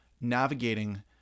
navigating